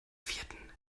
vierten